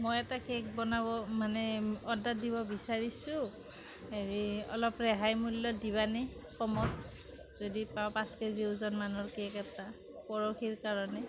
মই এটা কেক বনাব মানে অৰ্ডাৰ দিব বিচাৰিছোঁ হেৰি অলপ ৰেহাই মূল্যত দিবা নে কমত যদি পাৰা পাঁচ কেজি ওজন মানৰ কেক এটা পৰহিৰ কাৰণে